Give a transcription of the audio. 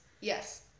Yes